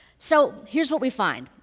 so here's what we find.